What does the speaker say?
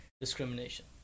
discrimination